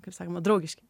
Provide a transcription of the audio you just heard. kaip sakoma draugiški